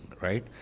right